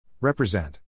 Represent